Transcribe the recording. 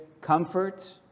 comfort